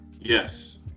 yes